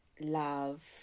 love